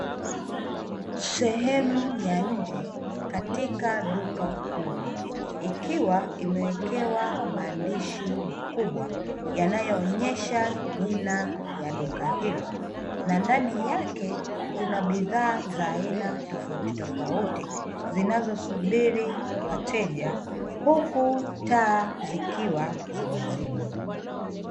Sehemu ya nje katika duka kubwa ikiwa imewekewa maandishi makubwa yanayoonyesha jina ya duka hilo na ndani yake kuna bidhaa za aina tofautitofauti zinazosubiri wateja huku taa zikiwa zimezimwa.